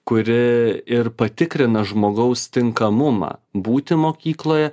kuri ir patikrina žmogaus tinkamumą būti mokykloje